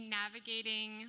navigating